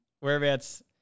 Whereabouts